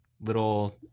little